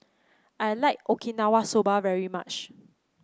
I like Okinawa Soba very much